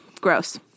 Gross